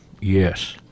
yes